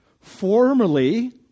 Formerly